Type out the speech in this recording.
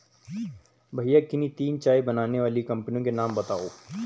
भैया किन्ही तीन चाय बनाने वाली कंपनियों के नाम बताओ?